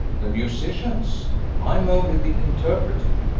the musician's i am only the interpreter.